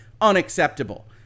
unacceptable